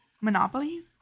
Monopolies